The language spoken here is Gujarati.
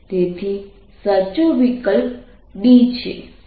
તેથી સાચો વિકલ્પ D છે